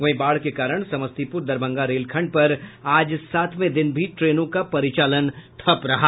वहीं बाढ़ के कारण समस्तीपुर दरभंगा रेलखंड पर आज सातवें दिन भी ट्रेनों का परिचालन ठप्प रहा